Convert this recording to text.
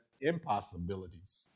impossibilities